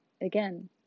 again